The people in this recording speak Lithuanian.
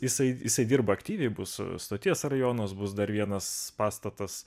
jisai jisai aktyviai bus stoties rajonas bus dar vienas pastatas